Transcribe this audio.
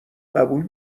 قبول